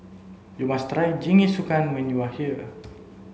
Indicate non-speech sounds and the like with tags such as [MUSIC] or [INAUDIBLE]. you must [UNINTELLIGIBLE] Jingisukan when you are here